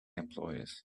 employers